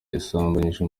yasambanyije